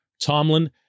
Tomlin